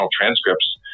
transcripts